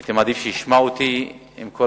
והייתי מעדיף שהוא ישמע אותי, עם כל